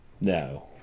No